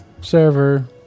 server